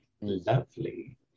lovely